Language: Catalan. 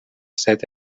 set